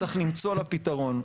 צריך למצוא לה פתרון.